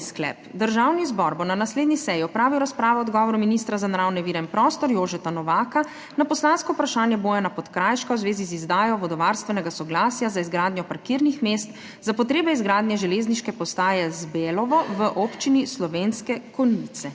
sklep: Državni zbor bo na naslednji seji opravil razpravo o odgovoru ministra za naravne vire in prostor Jožeta Novaka na poslansko vprašanje Bojana Podkrajška v zvezi z izdajo vodovarstvenega soglasja za izgradnjo parkirnih mest za potrebe izgradnje železniške postaje Zbelovo v Občini Slovenske Konjice.